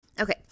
Okay